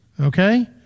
okay